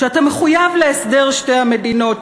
שאתה מחויב להסדר שתי המדינות,